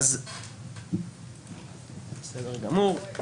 מול כל חברי הוועדה הנוכחים יש את המצגת מודפסת.